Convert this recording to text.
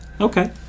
Okay